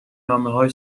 نامههای